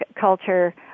culture